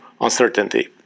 uncertainty